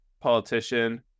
politician